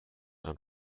and